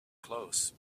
close